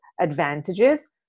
advantages